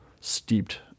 steeped